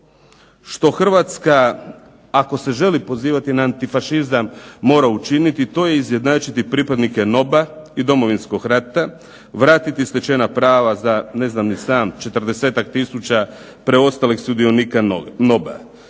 što Hrvatska ako se želi pozivati na antifašizam mora učiniti to je izjednačiti pripadnike NOB-a i Domovinskog rata, vratiti stečena prava za ne znam ni sam 40-tak tisuća preostalih sudionika NOB-a.